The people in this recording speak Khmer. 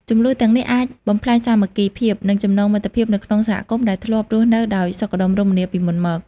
ជម្លោះទាំងនេះអាចបំផ្លាញសាមគ្គីភាព និងចំណងមិត្តភាពនៅក្នុងសហគមន៍ ដែលធ្លាប់រស់នៅដោយសុខដុមរមនាពីមុនមក។